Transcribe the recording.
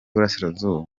burasirazuba